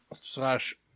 Slash